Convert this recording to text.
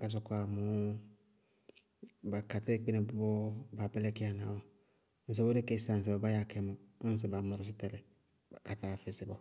ká sɔkɔwá mɔɔ, ba ka táyɛ kpínɛ bɔɔ baa bɛlɛkíyana bɔɔ. Ŋsɩbɔɔ dí kɛsíya ŋsɩbɔɔ baa yɛyá na kɛ mɔ, ñŋsɩ ba mɔrɔsí ka tɛlɩ bʋ táa físɩ bɔɔ.